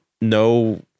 no